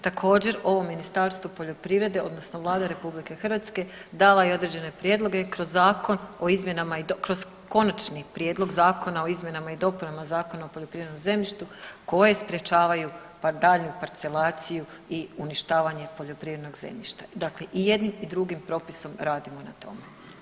Također ovo Ministarstvo poljoprivrede odnosno Vlada RH dala je i određene prijedloge kroz zakon o izmjenama, kroz Konačni prijedlog zakona o izmjenama i dopunama Zakona o poljoprivrednom zemljištu koje sprječavaju daljnju parcelaciju i uništavanje poljoprivrednog zemljišta, dakle i jednim i drugim propisom radimo na tome.